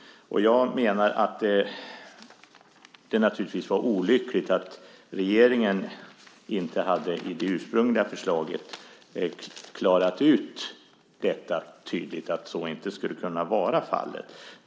Jag menar att det naturligtvis var olyckligt att regeringen i det ursprungliga förslaget inte hade klarat ut tydligt att så inte skulle kunna vara fallet.